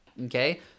okay